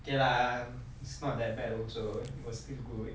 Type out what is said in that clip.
okay lah it's not that bad also it was still good